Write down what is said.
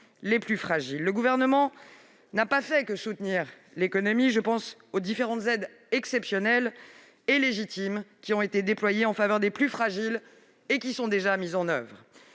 nous avons fait tenir. Le Gouvernement n'a pas fait que soutenir l'économie- je pense aux différentes aides exceptionnelles et légitimes qui ont été déployées en faveur des plus fragiles et qui sont déjà mises en oeuvre.